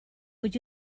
would